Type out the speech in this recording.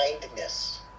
kindness